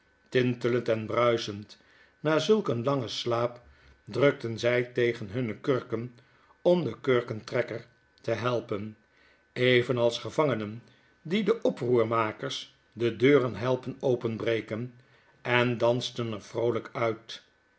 tintelend en bruisend na zulk een langen slaap drukten zy tegen hunne kurken om den kurkentrekker te helpen evenals gevangenen die de oproermakers de deuren helpen openbreken en dansten er vroolyk uit